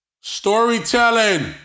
Storytelling